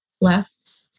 left